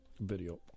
video